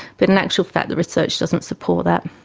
but in actual fact the research doesn't support that.